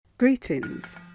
Greetings